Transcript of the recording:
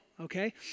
okay